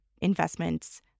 investments